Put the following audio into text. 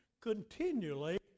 continually